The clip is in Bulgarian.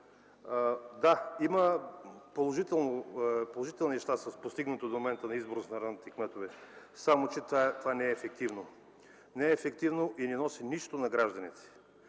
Да, има положителни неща с постигнатото до момента на изборност на районните кметове, само че това не е ефективно. Не е ефективно и не носи нищо на гражданите.